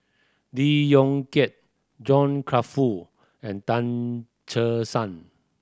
Lee Yong Kiat John Crawfurd and Tan Che Sang